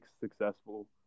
successful